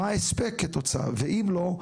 מה הספק כתוצאה ואם לא,